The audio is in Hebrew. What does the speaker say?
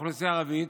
באוכלוסייה הערבית,